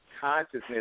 consciousness